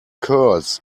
curls